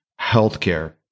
healthcare